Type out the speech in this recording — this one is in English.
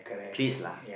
please lah